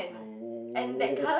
no